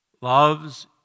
loves